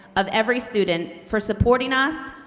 of every student for supporting us,